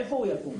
איפה הוא יקום?